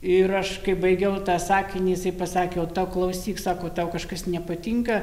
ir aš baigiau tą sakinį jisai pasakė o tau klausyk sako tau kažkas nepatinka